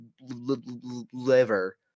liver